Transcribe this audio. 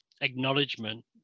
acknowledgement